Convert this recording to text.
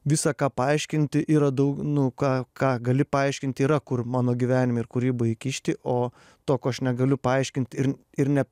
visa ką paaiškinti yra daug nu ką ką gali paaiškinti yra kur mano gyvenime ir kūryboj įkišti o to ko aš negaliu paaiškint ir ir ne